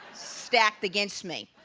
stacked against me.